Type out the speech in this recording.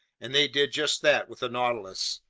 and they did just that with the nautilus,